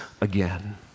again